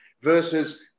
versus